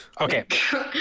Okay